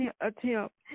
attempt